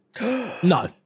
No